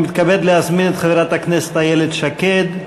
אני מתכבד להזמין את חברת הכנסת איילת שקד,